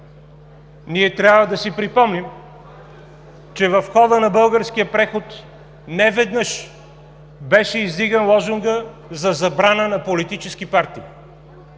Ние трябва да си припомним, че в хода на българския преход неведнъж беше издиган лозунга за забрана на политически партии.